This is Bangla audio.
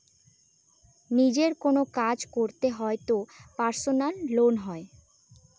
নিজের কোনো কাজ করতে হয় তো পার্সোনাল লোন হয়